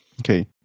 okay